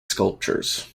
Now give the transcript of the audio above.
sculptures